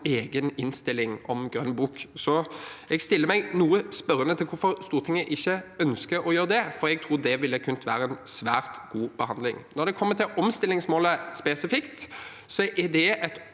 ønsker å gjøre det. Så jeg stiller meg noe spørrende til hvorfor Stortinget ikke ønsker å gjøre det, for jeg tror det ville kunne være en svært god behandling. Når det gjelder omstillingsmålet spesifikt, er det et